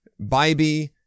Bybee